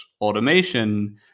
automation